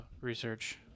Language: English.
research